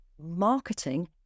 Marketing